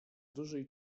dużej